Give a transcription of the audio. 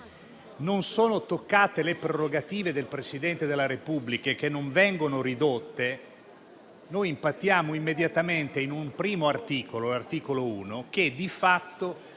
non sono toccate le prerogative del Presidente della Repubblica e che non vengono ridotte. Impattiamo così immediatamente in un primo articolo, l'articolo 1, che di fatto